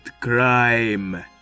crime